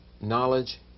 knowledge